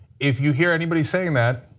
if you hear anybody saying that,